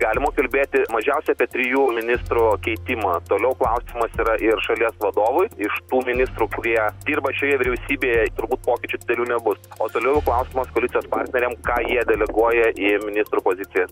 galima kalbėti mažiausiai apie trijų ministrų keitimą toliau klausimas yra ir šalies vadovui iš tų ministrų kurie dirba šioje vyriausybėje turbūt pokyčių didelių nebus o toliau klausimas koalicijos partneriams ką jie deleguoja į ministrų pozicijas